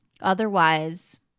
Otherwise